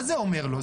מה זה אומר לו?